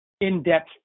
in-depth